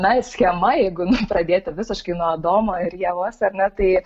na schema jeigu nu pradėti visiškai nuo adomo ir ievos ar ne tai